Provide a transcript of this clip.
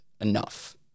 enough